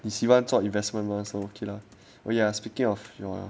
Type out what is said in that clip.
你喜欢做 investment mah so okay lah oh ya speaking of your